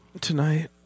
tonight